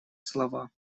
слова